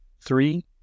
Three